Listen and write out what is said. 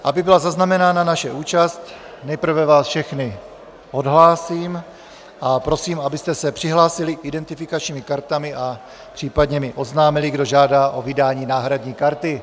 Aby byla zaznamenána naše účast, nejprve vás všechny odhlásím a prosím, abyste se přihlásili identifikačními kartami a případně mi oznámili, kdo žádá o vydání náhradní karty.